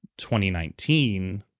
2019